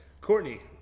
Courtney